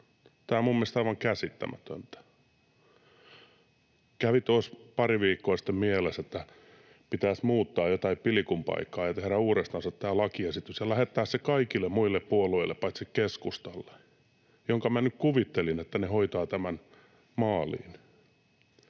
Tämä on minun mielestäni aivan käsittämätöntä. Kävi tuossa pari viikkoa sitten mielessä, että pitäisi muuttaa jotain pilkun paikkaa ja tehdä uudestaan tämä lakiesitys ja lähettää se kaikille muille puolueille paitsi keskustalle, josta minä nyt kuvittelin, että se hoitaa tämän maaliin.